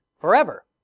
forever